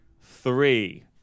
three